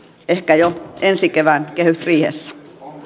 ehkä jo ensi kevään kehysriihessä